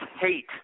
hate